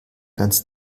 ganz